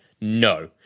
no